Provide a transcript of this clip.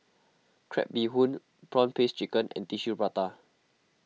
Crab Bee Hoon Prawn Paste Chicken and Tissue Prata